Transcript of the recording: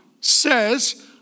says